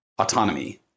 autonomy